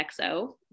XO